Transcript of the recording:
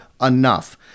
enough